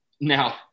Now